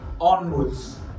onwards